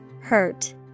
Hurt